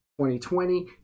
2020